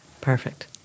Perfect